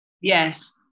Yes